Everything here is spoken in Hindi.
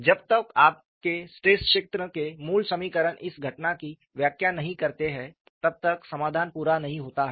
जब तक आपके स्ट्रेस क्षेत्र के मूल समीकरण इस घटना की व्याख्या नहीं करते हैं तब तक समाधान पूरा नहीं होता है